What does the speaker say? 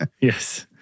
Yes